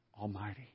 Almighty